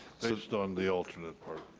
based on the alternate part.